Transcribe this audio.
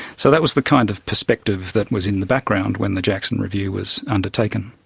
so that was the kind of perspective that was in the background when the jackson review was undertaken.